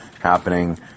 happening